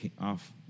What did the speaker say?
off